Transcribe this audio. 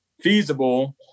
feasible